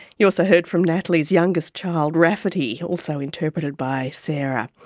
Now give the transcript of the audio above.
you also heard from natalie's youngest child rafferty, also interpreted by sarah